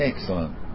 Excellent